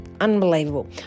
Unbelievable